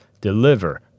deliver